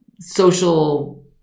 social